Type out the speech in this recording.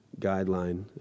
guideline